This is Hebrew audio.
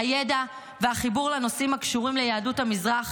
הידע והחיבור לנושאים הקשורים ליהדות המזרח,